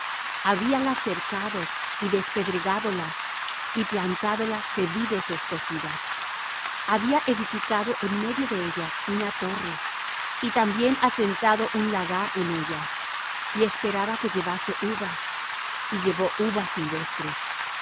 habíala cercado y despedregádola y plantádola de vides escogidas había edificado en medio de ella una torre y también asentado un lagar en ella y esperaba que llevase uvas y llevó uvas silvestres